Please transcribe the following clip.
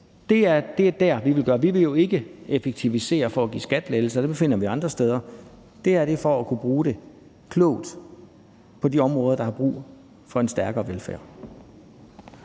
Det er jo der, vi vil gøre noget. Vi vil jo ikke effektivisere for at give skattelettelser. De penge finder vi andre steder. Det her er for at kunne bruge det klogt på de områder, der har brug for en stærkere velfærd.